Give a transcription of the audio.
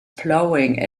plowing